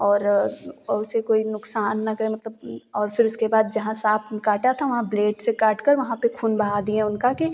और और उसे कोई नुक़सान ना करे मतलब और फिर उसके बाद जहाँ साँप काटा था वहाँ ब्लेड से काट कर वहाँ पर खून बहा दिए उनका की